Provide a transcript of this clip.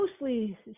mostly